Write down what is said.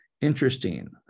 Interesting